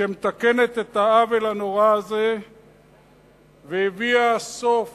שמתקנת את העוול הנורא הזה והביאה סוף